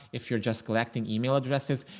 if you're just collecting email addresses,